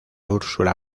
úrsula